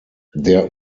der